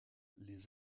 les